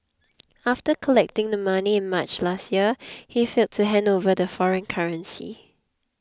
after collecting the money in March last year he failed to hand over the foreign currency